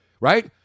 right